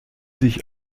sich